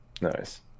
nice